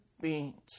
beings